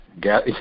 gas